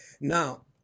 Now